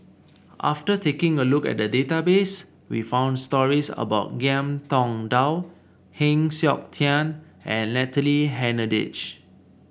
after taking a look at the database we found stories about Ngiam Tong Dow Heng Siok Tian and Natalie Hennedige